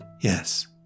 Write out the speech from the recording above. Yes